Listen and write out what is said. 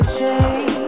change